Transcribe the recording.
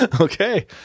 Okay